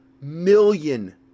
million